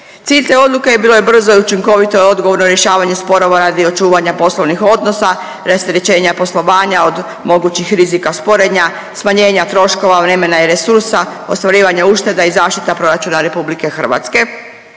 Cilj te odluke bilo je brzo i učinkovito, odgovorno rješavanje sporova radi očuvanja poslovnih odnosa, rasterećenja poslovanja od mogućih rizika sporenja, smanjenja troškova, vremena i resursa, ostvarivanje ušteda i zaštita proračuna RH, sprječavanje